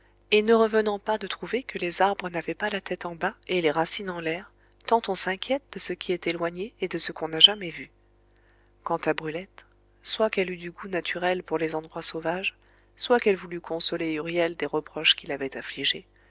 et ne revenant pas de trouver que les arbres n'avaient pas la tête en bas et les racines en l'air tant on s'inquiète de ce qui est éloigné et de ce qu'on n'a jamais vu quant à brulette soit qu'elle eût du goût naturel pour les endroits sauvages soit qu'elle voulût consoler huriel des reproches qui l'avaient affligé